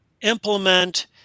implement